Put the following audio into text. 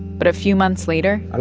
but a few months later. ah